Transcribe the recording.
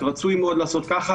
רצוי מאוד לעשות כך,